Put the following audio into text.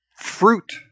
fruit